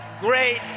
great